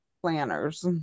planners